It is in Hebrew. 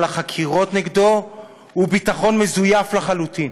החקירות נגדו הוא ביטחון מזויף לחלוטין.